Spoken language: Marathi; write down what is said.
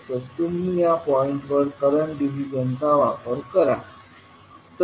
तर तुम्ही या पॉईंटवर करंट डिव्हिजन चा वापर कराल